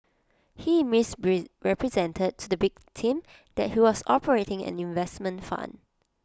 he miss represented to the victim that he was operating an investment fund